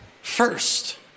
first